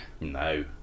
No